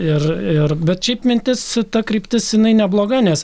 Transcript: ir ir bet šiaip mintis ta kryptis jinai nebloga nes